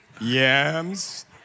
yams